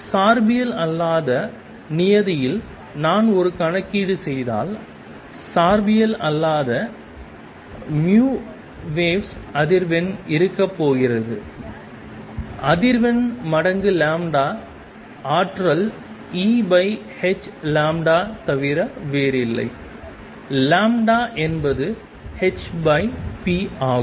சார்பியல் அல்லாத நியதியில் நான் ஒரு கணக்கீடு செய்தால் சார்பியல் அல்லாத vwaves அதிர்வெண் இருக்க போகிறது அதிர்வெண் மடங்கு ஆற்றல் Eh தவிர வேறில்லை என்பது hp ஆகும்